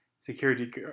Security